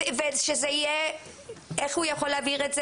איך הוא יכול להעביר את זה?